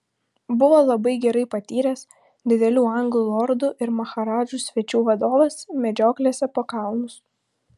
buvo labai gerai patyręs didelių anglų lordų ir maharadžų svečių vadovas medžioklėse po kalnus